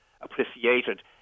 appreciated